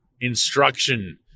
instruction